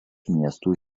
miestų